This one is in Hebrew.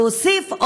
להוסיף,